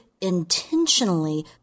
intentionally